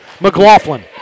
McLaughlin